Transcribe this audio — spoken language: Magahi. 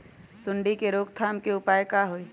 सूंडी के रोक थाम के उपाय का होई?